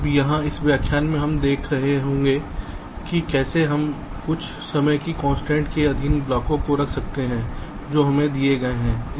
अब यहाँ इस व्याख्यान में हम देख रहे होंगे कि कैसे हम कुछ समय की कंस्ट्रेंट्स के अधीन ब्लॉकों को रख सकते हैं जो हमें दिए गए हैं